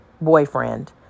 boyfriend